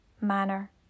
manner